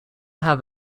have